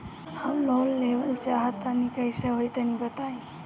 हम लोन लेवल चाह तनि कइसे होई तानि बताईं?